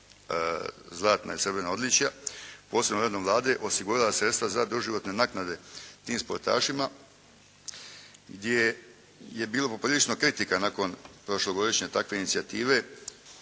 zlatna i srebrna odličja, posebnom uredbom Vlade osigurala sredstva za doživotne naknade tim sportašima, gdje je bilo poprilično kritika nakon prošlogodišnje takve inicijative.